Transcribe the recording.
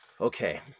Okay